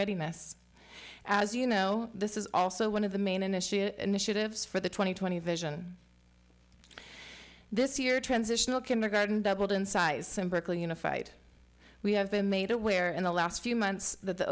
mass as you know this is also one of the main initiate initiatives for the twenty twenty vision this year transitional kindergarten doubled in size in berkeley unified we have been made aware in the last few months th